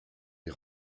les